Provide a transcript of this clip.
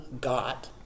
God